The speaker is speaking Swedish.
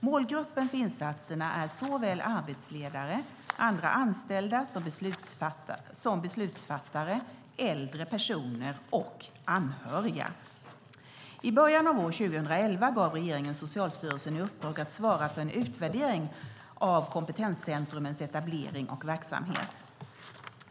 Målgruppen för insatserna är såväl arbetsledare och andra anställda som beslutsfattare, äldre personer och anhöriga. I början av år 2011 gav regeringen Socialstyrelsen i uppdrag att svara för en utvärdering av kompetenscentrumens etablering och verksamhet.